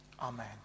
Amen